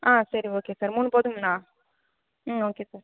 ஆ சரி okay sir மூணு போதுங்களா ம் ஓகே சார்